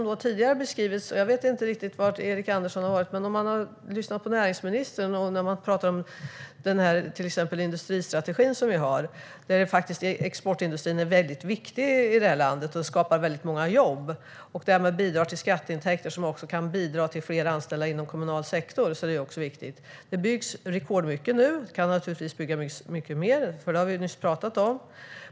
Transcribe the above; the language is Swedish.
Jag vet inte riktigt var Erik Andersson har hållit hus tidigare och om han har hört näringsministern beskriva vår industristrategi. Exportindustrin är väldigt viktig för vårt land, och den skapar många jobb. Detta bidrar till högre skatteintäkter som i förlängningen kan leda till fler anställda inom kommunal sektor. Det byggs rekordmycket nu. Naturligtvis kan man bygga mycket mer, vilket vi nyligen talade om.